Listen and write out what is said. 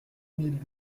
mille